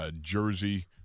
jersey